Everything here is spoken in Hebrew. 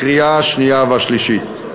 לקריאה השנייה והשלישית.